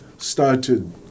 started